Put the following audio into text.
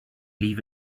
leave